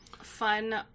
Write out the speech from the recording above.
fun